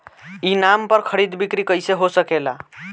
ई नाम पर खरीद बिक्री कैसे हो सकेला?